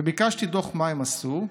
ביקשתי דוח מה הם עשו,